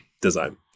design